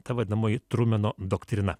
ta vadinamoji trumeno doktrina